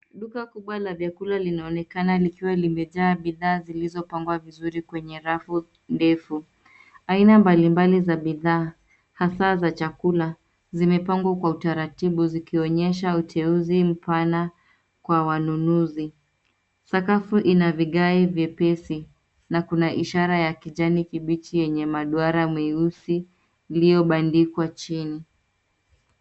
Duka kubwa la vyakula linaonekana likiwa limejaa bidhaa zilizopangwa vizuri kwenye rafu ndefu. Aina mbali mbali za bidhaa, hasaa za chakula, zimepangwa kwa utaratibu zikionyesha uteuzi mpana kwa wanunuzi. Sakafu ina vigae vyepesi na kuna ishara ya kijani kibichi yenye maduara meusi iliyobandikwa chini.